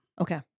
Okay